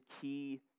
key